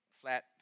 flat